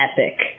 epic